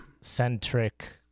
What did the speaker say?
centric